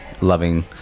loving